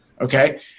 Okay